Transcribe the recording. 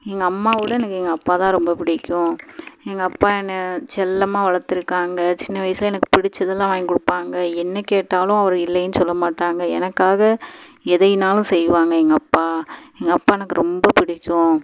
எங்கள் அம்மாவைவுட எனக்கு எங்கள் அப்பா தான் எனக்கு ரொம்ப பிடிக்கும் எங்கள் அப்பா என்னை செல்லமாக வளர்த்துருக்காங்க சின்ன வயசில் எனக்கு பிடிச்சதெல்லாம் வாங்கிக் கொடுப்பாங்க என்ன கேட்டாலும் அவர் இல்லைன்னு சொல்லமாட்டாங்கள் எனக்காக எதையும்னாலும் செய்வாங்கள் எங்கள் அப்பா எங்கள் அப்பா எனக்கு ரொம்ப பிடிக்கும்